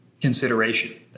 consideration